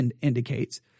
indicates